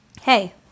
hey